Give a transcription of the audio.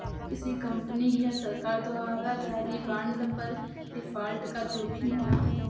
किसी कंपनी या सरकार द्वारा जारी बांड पर डिफ़ॉल्ट का जोखिम होना